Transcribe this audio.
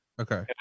Okay